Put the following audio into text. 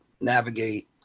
navigate